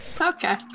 Okay